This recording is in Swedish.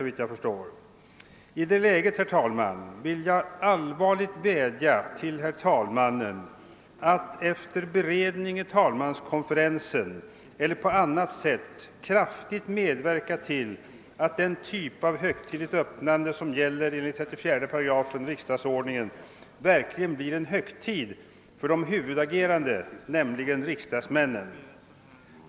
I detta läge vill jag allvarligt vädja till herr talmannen att efier beredning i talmanskonferensen eller på annat sätt kraftigt medverka till att den typ av högtidligt öppnande som avses i 34 § riksdagsordningen verkligen blir en högtid för de huvudagerande, nämligen riksdagsmännen.